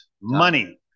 money